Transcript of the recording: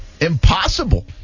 impossible